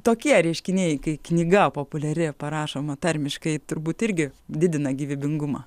tokie reiškiniai kai knyga populiari parašoma tarmiškai turbūt irgi didina gyvybingumą